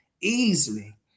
easily